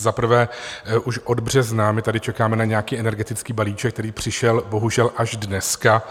Za prvé už od března my tady čekáme na nějaký energetický balíček, který přišel bohužel až dneska.